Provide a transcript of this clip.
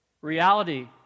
Reality